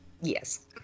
Yes